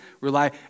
rely